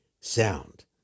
sound